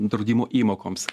draudimo įmokoms